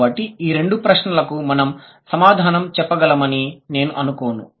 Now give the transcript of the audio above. కాబట్టి ఈ రెండు ప్రశ్నలకు మనం సమాధానం చెప్పగలమని నేను అనుకోను